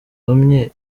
ari